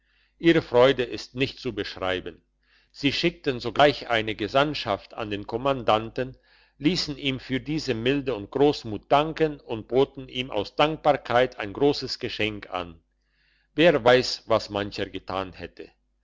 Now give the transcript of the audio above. ihre freude ist nicht zu beschreiben sie schickten sogleich eine gesandtschaft an den kommandanten liessen ihm für diese milde und grossmut danken und boten ihm aus dankbarkeit ein grosses geschenk an wer weiss was mancher getan hätte